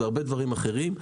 והרבה דברים אחרים,